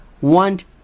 want